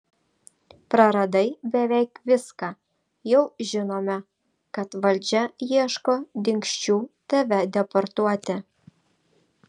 praradai beveik viską jau žinome kad valdžia ieško dingsčių tave deportuoti